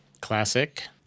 Classic